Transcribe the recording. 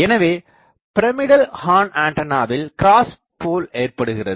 எனவே pyramidal horn ஆண்டனாவில் cross போல் ஏற்படுகிறது